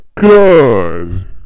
Good